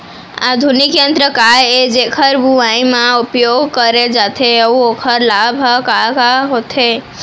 आधुनिक यंत्र का ए जेकर बुवाई म उपयोग करे जाथे अऊ ओखर लाभ ह का का होथे?